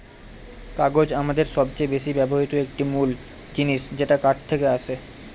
কাগজ আমাদের সবচেয়ে বেশি ব্যবহৃত একটি মূল জিনিস যেটা কাঠ থেকে আসে